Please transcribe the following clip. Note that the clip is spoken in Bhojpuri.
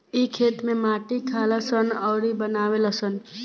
इ खेत में माटी खालऽ सन अउरऊ बनावे लऽ सन